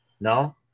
No